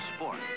sports